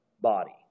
body